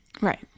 Right